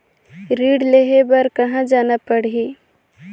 ऋण लेहे बार कहा जाना पड़ही?